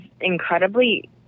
incredibly